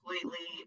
completely